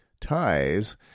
ties